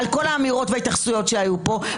על כל האמירות וההתייחסויות שהיו פה.